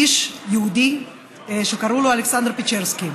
איש יהודי שקראו לו אלכסנדר פצ'רסקי.